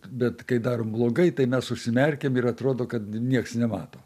bet kai darom blogai tai mes užsimerkiam ir atrodo kad nieks nemato